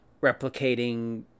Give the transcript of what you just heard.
replicating